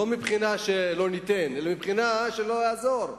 לא כדי שלא ניתן, אלא כי זה לא יעזור,